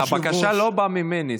הבקשה לא באה ממני.